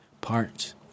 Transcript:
parts